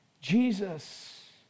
Jesus